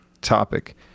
topic